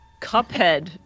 Cuphead